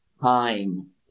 time